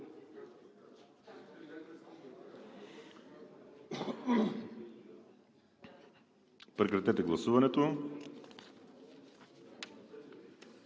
Прекратете гласуването